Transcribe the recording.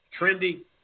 trendy